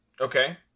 Okay